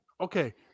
Okay